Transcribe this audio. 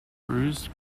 bruised